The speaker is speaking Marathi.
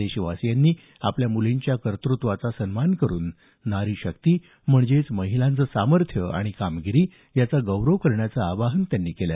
देशवासियांनी आपल्या मुलींच्या कर्तृत्वाचा सन्मान करून नारीशक्ती म्हणजेच महिलांचं सामर्थ्य आणि कामगिरी यांचा गौरव करण्याचं आवाहन त्यांनी केलं